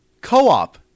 co-op